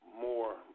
more